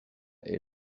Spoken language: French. est